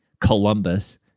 Columbus